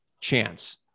chance